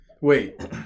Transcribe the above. wait